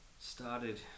started